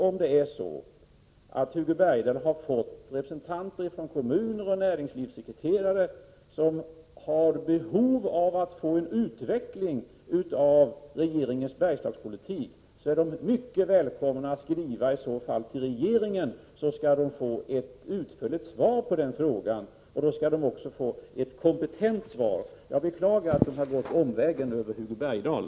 Om det är så att Hugo Bergdahl har fått kontakt med representanter för kommuner och med näringslivssekreterare som känner ett behov av att få en utveckling av regeringens Bergslagspolitik, så är de i så fall mycket välkomna att skriva till regeringen, så skall de få utförligt svar på sina frågor. Då skall de få ett kompetent svar, och jag beklagar att de har gått omvägen över Hugo Bergdahl.